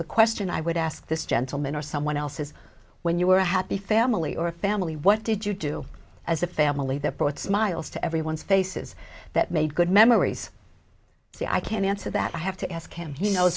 the question i would ask this gentleman or someone else is when you were a happy family or a family what did you do as a family that brought smiles to everyone's faces that made good memories see i can answer that i have to ask him you know